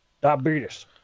Diabetes